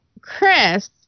Chris